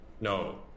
No